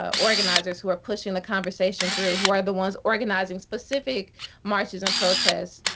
ah organizers who are pushing the conversation through. who are the ones organizing specific marches and protests.